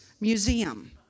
Museum